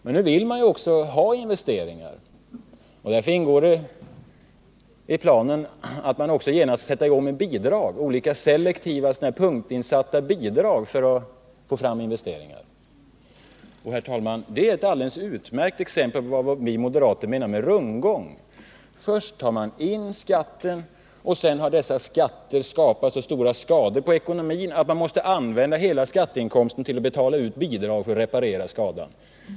Men man vill också ha investeringar, och därför ingår det i planen att man genast skall sätta i gång att ge bidrag — olika selektiva punktbidrag — för att få fram investeringarna. Det är, herr talman, ett alldeles utmärkt exempel på vad vi moderater menar med rundgång. Först tar man in skatterna, sedan har dessa skatter skapat så stora skador på ekonomin att man måste använda hela skatteinkomsten till att betala ut bidrag och reparera skadan.